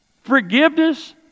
Forgiveness